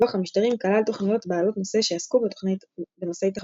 לוח המשדרים כלל תוכניות בעלות נושא שעסקו בנושאי תחבורה.